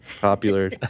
Popular